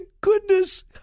goodness